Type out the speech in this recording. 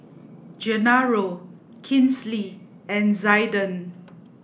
Genaro Kinsley and Zaiden